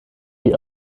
wie